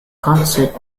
concert